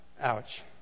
Ouch